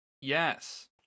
Yes